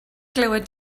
glywed